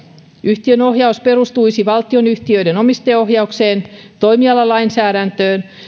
yhtiön ohjaus perustuisi valtionyhtiöiden omistajaohjaukseen toimialalainsäädäntöön